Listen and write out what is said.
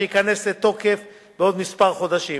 שייכנס לתוקף בעוד מספר חודשים,